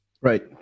Right